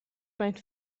mijn